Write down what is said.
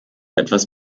etwas